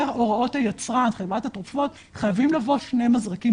הוראות היצרן וחברת התרופות חייבים לבוא שני מזרקים